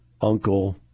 uncle